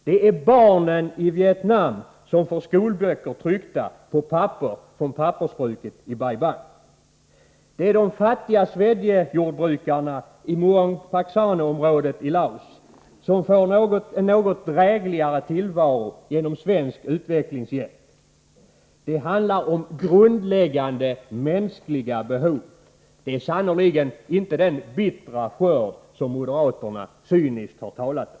Det är barnen i Vietnam som får skolböcker tryckta på papper från pappersbruket i Bai Bang. Det är de fattiga svedjejordbrukarna i Muang Paksane-området i Laos som får en något drägligare tillvaro genom svensk utvecklingshjälp. Detta handlar om grundläggande mänskliga behov, och det är sannerligen inte fråga om den bittra skörd som moderaterna cyniskt har talat om.